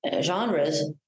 Genres